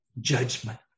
judgment